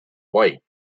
white